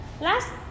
last